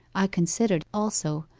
i considered also,